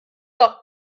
doch